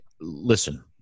Listen